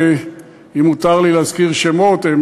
אם מותר לי להזכיר שמות,